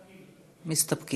מסתפקים.